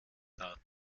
dar